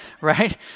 Right